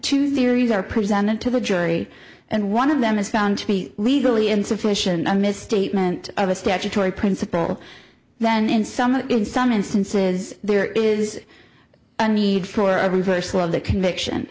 two theories are presented to the jury and one of them is found to be legally insufficient a misstatement of a statutory principle then in some in some instances there is a need for a reversal of the conviction